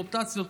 מוטציות,